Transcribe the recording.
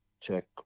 check